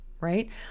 right